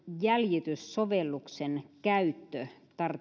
jäljityssovelluksen käyttö